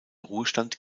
ruhestand